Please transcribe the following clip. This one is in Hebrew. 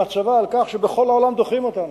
למצבה, על כך שבכל העולם דוחים אותנו.